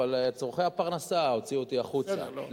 אבל צורכי הפרנסה הוציאו אותי החוצה,